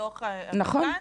לתוך המתקן --- נכון.